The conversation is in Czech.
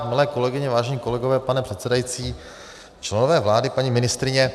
Milé kolegyně, vážení kolegové, pane předsedající, členové vlády, paní ministryně.